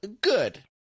good